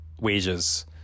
wages